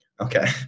okay